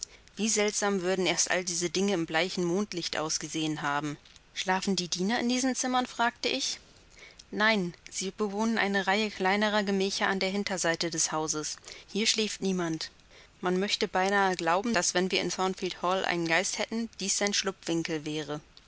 wie seltsam würden erst all diese dinge im bleichen mondlicht ausgesehen haben schlafen die diener in diesen zimmern fragte ich nein sie bewohnen eine reihe kleinerer gemächer an der hinterseite des hauses hier schläft niemand man möchte beinahe glauben daß wenn wir in thornfield hall einen geist hätten dies sein schlupfwinkel wäre